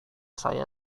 saya